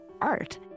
art